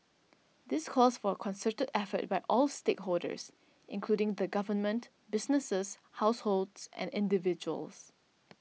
this calls for a concerted effort by all stakeholders including the Government businesses households and individuals